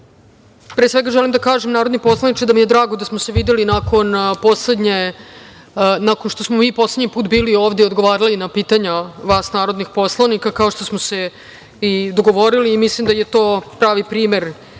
pre svega, želim da kažem, narodni poslaniče, da mi je drago da smo se videli nakon što smo mi poslednji put bili ovde i odgovarali na pitanja vas narodnih poslanika, kao što smo se i dogovorili i mislim da je to pravi primer